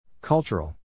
Cultural